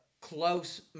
close